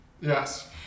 Yes